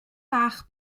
bach